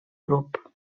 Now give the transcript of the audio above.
grup